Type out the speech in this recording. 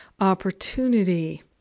opportunity